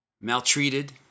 Maltreated